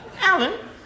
Alan